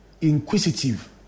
inquisitive